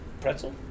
pretzel